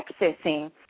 accessing